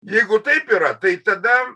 jeigu taip yra tai tada